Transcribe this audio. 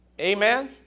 Amen